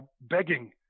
begging